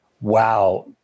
wow